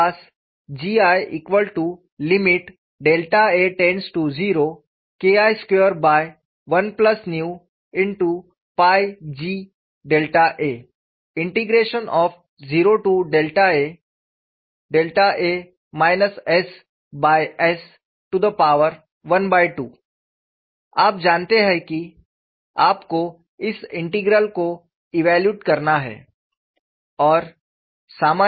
मेरे पास GIa0KI21Ga0aa ss12 आप जानते हैं कि आपको इस इंटीग्रल को इव्यालुएट करना है